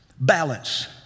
Balance